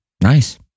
Nice